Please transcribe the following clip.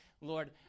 Lord